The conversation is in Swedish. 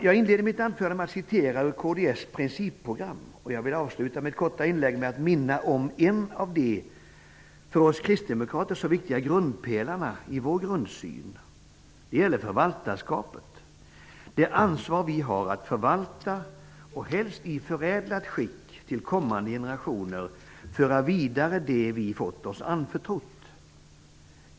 Jag inledde mitt anförande med att citera ur kds principprogram, och jag vill avsluta mitt korta inlägg med att minna om en av de för oss kristdemokrater så viktiga grundpelarna i fråga om vår grundsyn. Det gäller då förvaltarskapet -- det ansvar vi har att förvalta och, helst i förädlat skick, till kommande generationer föra vidare det vi fått oss anförtrott.